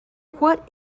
what